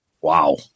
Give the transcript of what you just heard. Wow